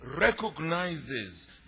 recognizes